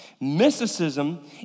Mysticism